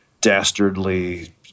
dastardly